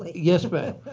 yes, ma'am.